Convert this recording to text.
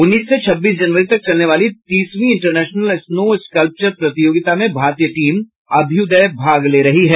उन्नीस से छब्बीस जनवरी तक चलने वाली तीसवीं इंटरनेशनल स्नो स्कल्पचर प्रतियोगिता में भारतीय टीम अभ्युदय भाग ले रही है